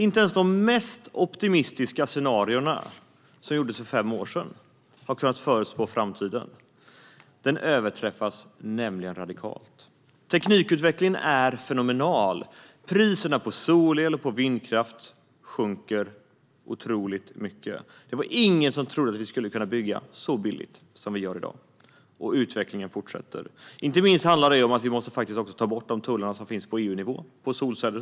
Inte ens de mest optimistiska scenarier som gjordes för fem år sedan har kunnat förutspå framtiden. De överträffas nämligen radikalt. Teknikutvecklingen är fenomenal. Priserna på solel och vindkraft sjunker otroligt mycket. Det var ingen som trodde att vi skulle kunna bygga så billigt som vi gör i dag. Och utvecklingen fortsätter. Inte minst måste vi ta bort de tullar som finns på solceller på EU-nivå.